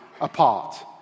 apart